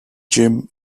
gym